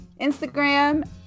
Instagram